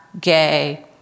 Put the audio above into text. gay